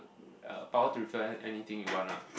uh power to refill anything you want lah